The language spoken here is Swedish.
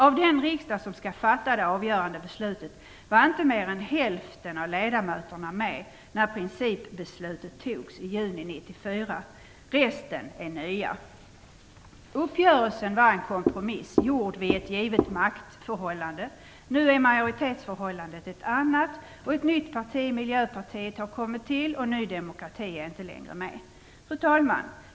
Av de riksdagsledamöter som skall fatta det avgörande beslutet var inte mer än hälften med när principbeslutet fattades i juni 1994 - resten är nya. Uppgörelsen var en kompromiss, gjord vid ett givet maktförhållande. Nu är majoritetsförhållandet ett annat. Ett nytt parti, Miljöpartiet, har kommit in, och Ny demokrati är inte längre med. Fru talman!